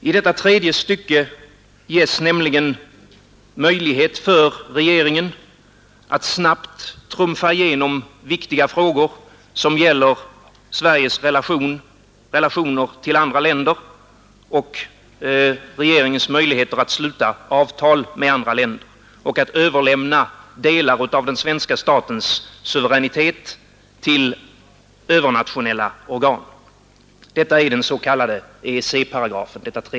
I detta tredje stycke ges nämligen möjlighet för regeringen att snabbt trumfa igenom viktiga frågor som gäller Sveriges relationer till andra länder och regeringens möjligheter att sluta avtal med andra länder och att överlämna delar av den svenska statens suveränitet till övernationella organ, Detta är den s.k. EEC-paragrafen.